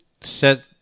set